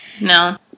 No